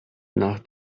nach